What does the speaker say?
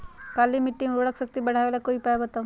काली मिट्टी में उर्वरक शक्ति बढ़ावे ला कोई उपाय बताउ?